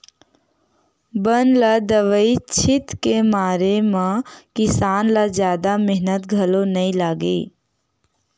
बन ल दवई छित के मारे म किसान ल जादा मेहनत घलो नइ लागय